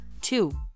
Two